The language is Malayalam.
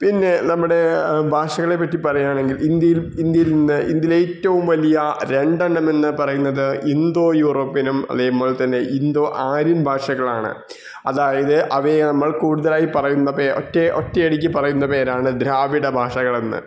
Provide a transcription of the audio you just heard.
പിന്നെ നമ്മുടെ ഭാഷകളെ പറ്റി പറയുകയാണെങ്കിൽ ഇന്ത്യയിൽ ഇന്ത്യയിൽ ഇന്ന് ഇന്ത്യയിൽ ഏറ്റവും വലിയ രണ്ടെണ്ണമെന്ന് പറയുന്നത് ഇന്തോ യൂറോപ്യനും അതെ പോലെ തന്നെ ഇന്തോ ആര്യൻ ഭാഷകളാണ് അതായത് അവയെ നമ്മൾ കൂടുതലായി പറയുന്നത് ഒറ്റയടിക്ക് പറയുന്ന പേരാണ് ദ്രാവിഡ ഭാഷകളെന്ന്